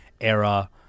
era